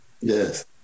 Yes